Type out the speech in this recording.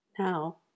Now